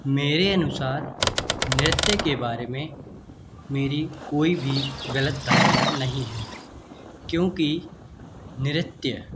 मेरे अनुसार नृत्य के बारे में मेरी कोई भी गलत धारणा नहीं है क्योंकि नृत्य